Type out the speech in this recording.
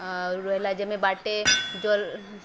ଆରୁ ରହିଲା ଯେମେ ବାଟେ ଜଲ୍